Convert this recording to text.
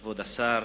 כבוד השר,